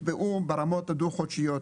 נקבעו ברמות הדו-חודשיות.